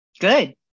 good